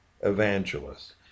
evangelists